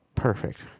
perfect